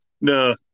No